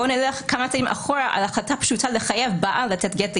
בואו נלך כמה צעדים אחורה על החלטה פשוטה לחייב בעל לתת גט לאשתו.